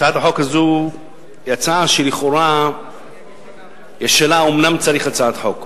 הצעת החוק הזו היא הצעה שלכאורה יש לגביה שאלה: האומנם צריך הצעת חוק?